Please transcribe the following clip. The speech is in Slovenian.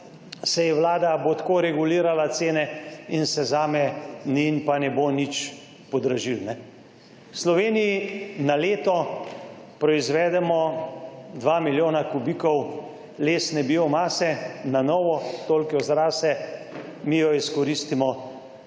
saj bo vlada tako regulirala cene in se zame ne bo nič podražilo.« V Sloveniji na leto proizvedemo 2 milijona kubikov lesne biomase na novo, toliko jo zraste. Mi jo izkoristimo